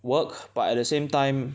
work but at the same time